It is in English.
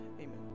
Amen